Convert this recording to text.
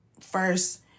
first